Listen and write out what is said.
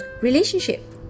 relationship